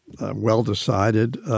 well-decided